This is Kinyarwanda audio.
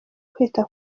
kwita